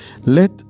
Let